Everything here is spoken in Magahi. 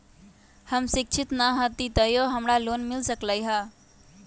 हम शिक्षित न हाति तयो हमरा लोन मिल सकलई ह?